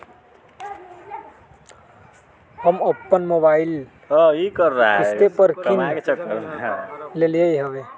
हम अप्पन मोबाइल किस्ते पर किन लेलियइ ह्बे